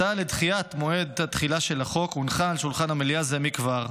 הצעה לדחיית מועד תחילה של החוק הונחה על שולחן המליאה זה מכבר.